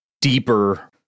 deeper